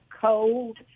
cold